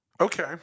Okay